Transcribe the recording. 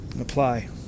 Apply